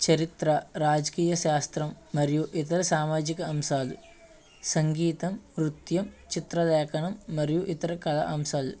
చరిత్ర రాజకీయ శాస్త్రం మరియు ఇతర సామాజిక అంశాలు సంగీతం నృత్యం మరియు చిత్రలేఖనం ఇతర కళా అంశాలు